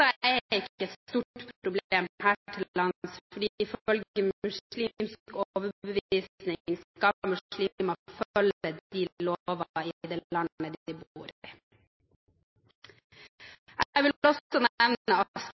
er ikke et stort problem her til lands, fordi ifølge muslimsk overbevisning skal muslimer følge lovene i det landet de bor i. Jeg vil